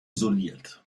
isoliert